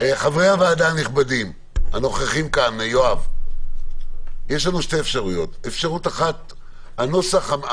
שבהם בעצם מדובר בתיקים שמוציאים ילדים מהבתים זו פגיעה די חמורה